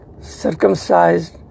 circumcised